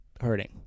hurting